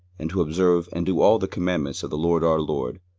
and to observe and do all the commandments of the lord our lord,